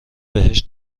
بهش